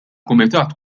kumitat